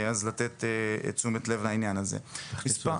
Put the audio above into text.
מאז שבוצע סקר